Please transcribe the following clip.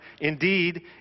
indeed